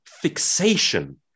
fixation